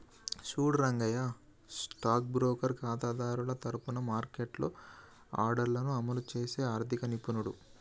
చూడు Rangaiah stock broker ఖాతాదారుల తరఫున మార్కెట్లో ఆర్డర్లను అమలు చేసే ఆర్థిక నిపుణుడు